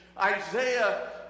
Isaiah